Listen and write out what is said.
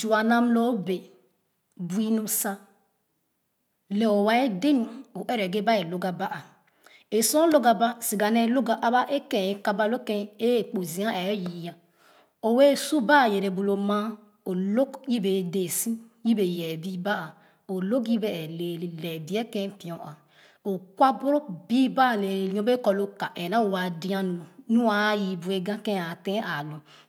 zua nam loo bre bui nu sa lɛ owɛɛ de nu o ɛrɛ ghɛba aloga gaba e sor o log gaba siga nee log ga aba kɛɛ ékaba ken e kpo zia ɛɛ yii'a obee su ba yere bu maa o lōg yebe yee deesi yebe yee bii ba o lōg yebe ɛɛ lɛɛrɛ lɛɛh biɛ ken pɔa o kwa boro bii ba lɛɛrɛ nyobee kɔ lo ka ɛɛ naa o waa dee nu nua yii bu ega o sua ken a fen aa lu